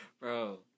Bro